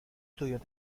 estudios